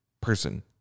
person